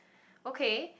okay